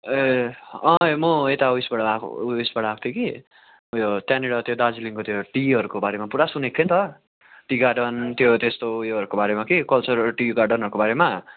ए म यता उयोबाट आएको ऊ यसबाट आएको थिएँ कि उयो त्यहाँनेर त्यो दार्जिलिङ त्यो टिहरूको बारेमा पुरा सुनेको थिएँ नि त टी गार्डन त्यो त्यस्तो उयोहरूको बारेमा के कल्चरहरू टी गार्डनहरूको बारेमा